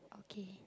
okay